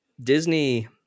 Disney